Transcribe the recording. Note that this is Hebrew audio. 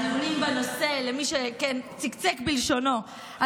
למי שצקצק בלשונו,